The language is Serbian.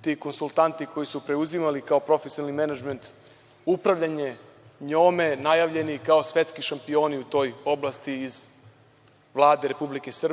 ti konsultanti koji su preuzimali kao profesionalni menadžment upravljanje njome najavljeni kao svetski šampioni u toj oblasti iz Vlade RS